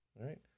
Right